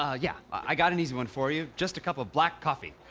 ah yeah, i got an easy one for you. just a cup of black coffee.